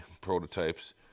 prototypes